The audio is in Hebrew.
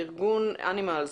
ארגון אנימלס,